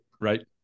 Right